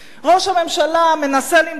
ראש הממשלה מנסה למכור,